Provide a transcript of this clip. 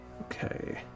Okay